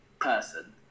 person